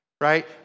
right